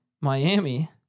Miami